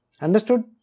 Understood